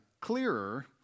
clearer